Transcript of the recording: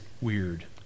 weird